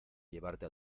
llevarte